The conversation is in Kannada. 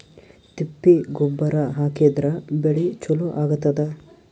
ತಿಪ್ಪಿ ಗೊಬ್ಬರ ಹಾಕಿದ್ರ ಬೆಳಿ ಚಲೋ ಆಗತದ?